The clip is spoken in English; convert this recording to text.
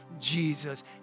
Jesus